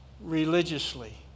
religiously